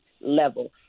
level